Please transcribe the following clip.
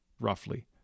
roughly